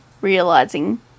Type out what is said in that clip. realizing